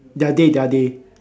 their day their day